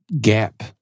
gap